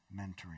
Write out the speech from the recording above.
mentoring